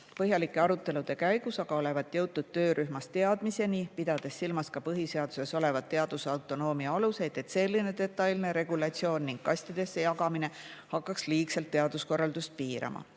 Põhjalike arutelude käigus aga olevat töörühmas jõutud teadmiseni, pidades silmas ka põhiseaduses olevat teadusautonoomiat, et selline detailne regulatsioon ning kastidesse jagamine hakkaks liigselt teaduskorraldust piirama,